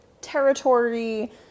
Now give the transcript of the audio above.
territory